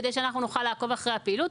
כדי שאנחנו נוכל לעקוב אחר הפעילות.